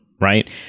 right